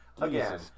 again